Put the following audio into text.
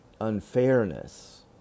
unfairness